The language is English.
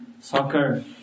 soccer